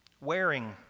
wearing